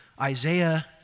Isaiah